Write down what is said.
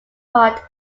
part